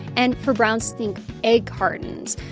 and for browns, think egg cartons,